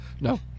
No